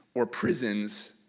or prisons,